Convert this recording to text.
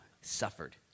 Suffered